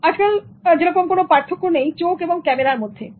আজকাল সেরকম কোন পার্থক্য নেই চোখ এবং ক্যামেরার মধ্যে ঠিক আছে